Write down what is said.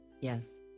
Yes